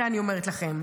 את זה אני אומרת לכם.